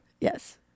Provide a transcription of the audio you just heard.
Yes